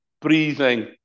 breathing